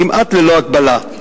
כמעט ללא הגבלה.